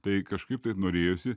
tai kažkaip taip norėjosi